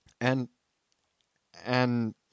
And—and